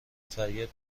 فریاد